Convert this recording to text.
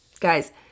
Guys